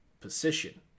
position